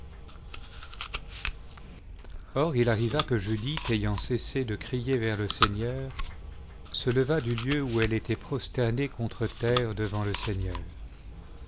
or il arriva que judith aj-ant cessé le crier vers le seigneur se leva du lieu où elle était prosternée contre terre devant le seigneur